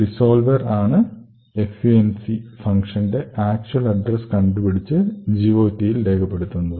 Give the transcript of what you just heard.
resolver ആണ് func ഫങ്ഷന്റെ actual address കണ്ടുപിടിച്ച് GOT ൽ രേഖപ്പെടുത്തുന്നത്